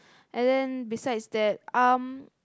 and then besides that um